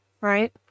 right